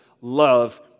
love